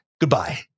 Goodbye